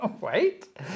Wait